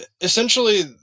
essentially